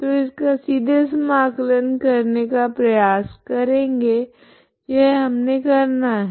तो इसका सीधे समाकलन करने का प्रयास करेगे यह हमने करना है